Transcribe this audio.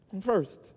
first